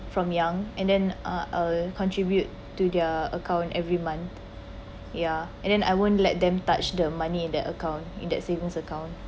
from young and then ah uh contribute to their account every month ya and then I won't let them touch the money in that account in that savings account